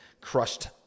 crushed